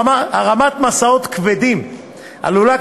הרמת משאות כבדים עלולה,